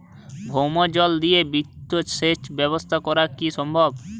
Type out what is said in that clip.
ভৌমজল দিয়ে বৃহৎ সেচ ব্যবস্থা করা কি সম্ভব?